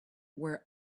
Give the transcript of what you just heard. where